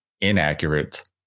inaccurate